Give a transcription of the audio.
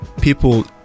People